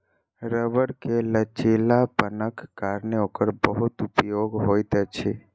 रबड़ के लचीलापनक कारणेँ ओकर बहुत उपयोग होइत अछि